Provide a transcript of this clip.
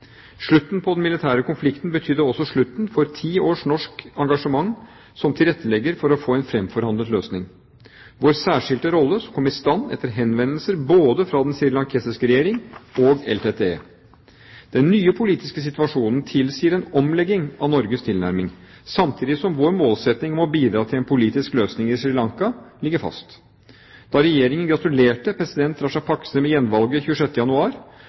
Slutten på den militære konflikten betydde også slutten for ti års norsk engasjement som tilrettelegger for å få en fremforhandlet løsning. Vår særskilte rolle kom i stand etter henvendelser både fra den srilankiske regjering og fra LTTE. Den nye politiske situasjonen tilsier en omlegging av Norges tilnærming, samtidig som vår målsetting om å bidra til en politisk løsning i Sri Lanka ligger fast. Da Regjeringen gratulerte president Rajapaksa med gjenvalget 26. januar,